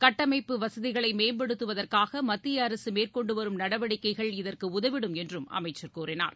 கூட்டமைப்பு வசதிகளை மேம்படுத்துவதற்காக மத்திய அரசு மேற்கொண்டுவரும் நடவடிக்கைகள் இதற்கு உதவிடும் என்றும் அமைச்சர் கூறினார்